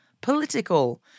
political